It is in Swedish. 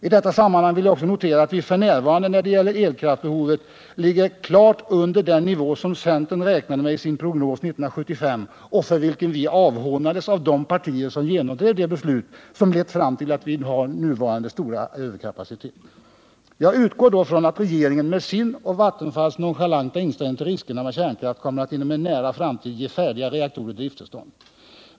I detta sammanhang vill jag också notera, att vi f.n. när det gäller elkraftsbehovet ligger klart under även den nivå som centern räknade med i sin prognos 1975 och för vilken vi hånades av de partier som genomdrev det beslut som lett fram till att vi har nuvarande stora överkapacitet. Jag utgår då från att regeringen med sin och Vattenfalls nonchalanta inställning till riskerna med kärnkraft kommer att inom en nära framtid ge färdiga reaktorer drifttillstånd.